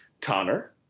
Connor